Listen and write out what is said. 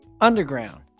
underground